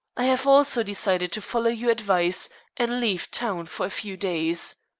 i have also decided to follow your advice and leave town for a few days.